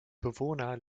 bewohner